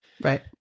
Right